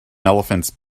elephants